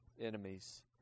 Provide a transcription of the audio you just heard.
enemies